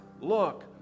Look